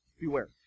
Beware